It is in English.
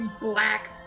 black